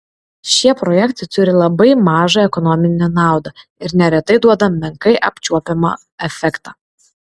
šie projektai turi labai mažą ekonominę naudą ir neretai duoda menkai apčiuopiamą efektą